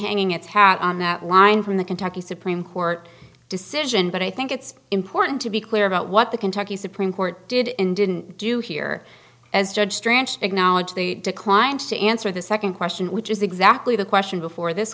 hanging its hat on that line from the kentucky supreme court decision but i think it's important to be clear about what the kentucky supreme court did in didn't do here as judge strand acknowledge they declined to answer the second question which is exactly the question before this